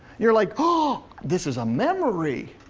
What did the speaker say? you're like, ah this is a memory.